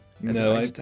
No